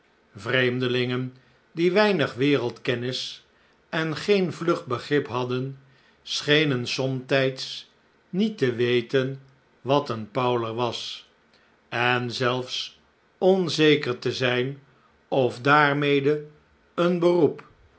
vreemdelingen die weinig wereldkennis en geen vlug begrip hadden schenen somtijds niet te weten wat een powler was en zelfs onzeker te zijn of daarmede een beroep